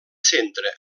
centra